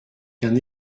qu’un